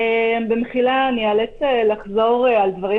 במחילה אני איאלץ לחזור על דברים